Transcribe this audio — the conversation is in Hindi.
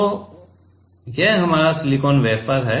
तो यह हमारा सिलिकॉन वेफर है